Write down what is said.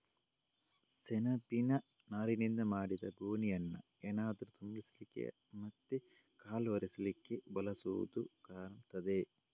ಸೆಣಬಿನ ನಾರಿನಿಂದ ಮಾಡಿದ ಗೋಣಿಯನ್ನ ಏನಾದ್ರೂ ತುಂಬಿಸ್ಲಿಕ್ಕೆ ಮತ್ತೆ ಕಾಲು ಒರೆಸ್ಲಿಕ್ಕೆ ಬಳಸುದು ಕಾಣ್ತದೆ